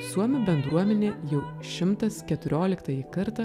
suomių bendruomenė jau šimtas keturioliktąjį kartą